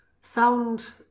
sound